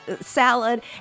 salad